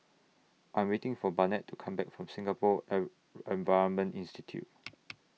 I Am waiting For Barnett to Come Back from Singapore Environment Institute